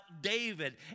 David